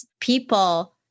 people